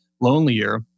lonelier